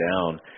down